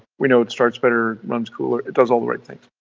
we know it starts better, runs cooler, it does all the right things.